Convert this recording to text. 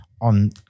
on